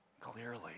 Clearly